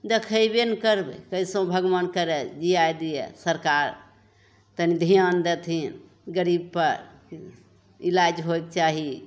देखेबे ने करबै कइसहिओ भगवान करै जिए दिए सरकार तनि धिआन देथिन गरीबपर इलाज होइके चाही